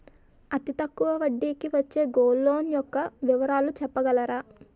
అతి తక్కువ వడ్డీ కి వచ్చే గోల్డ్ లోన్ యెక్క వివరాలు చెప్పగలరా?